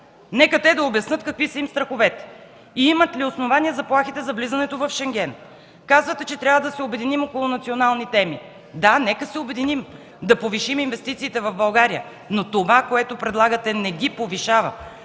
Нека те да обяснят какви са им страховете и имат ли основание заплахите за влизането в Шенген. Казвате, че трябва да се обединим около национални теми. Да, нека се обединим – да повишим инвестициите в България. Но това, което предлагате, не ги повишава!